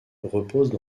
reposent